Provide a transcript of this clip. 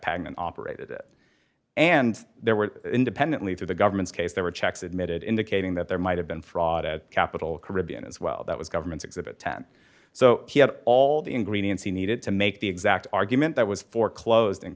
peg and operate it and there were independently through the government's case there were checks admitted indicating that there might have been fraud at capitol caribbean as well that was government's exhibit ten so he had all the ingredients he needed to make the exact argument that was foreclosed